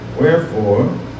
Wherefore